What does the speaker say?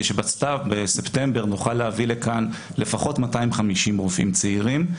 שבספטמבר נוכל להביא לכאן לפחות 250 רופאים צעירים,